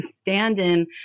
stand-in